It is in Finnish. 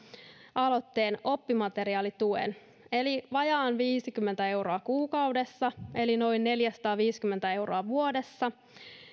aloitteen oppimateriaalituen vajaat viisikymmentä euroa kuukaudessa noin neljäsataaviisikymmentä euroa vuodessa